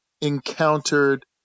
encountered